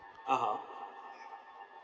(uh huh)